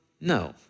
no